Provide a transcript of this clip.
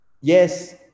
yes